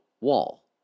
wall